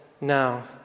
now